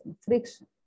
friction